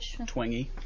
Twingy